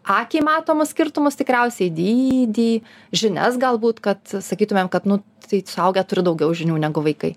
akiai matomus skirtumus tikriausiai dydį žinias galbūt kad sakytumėm kad nu tai suaugę turi daugiau žinių negu vaikai